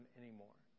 anymore